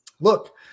look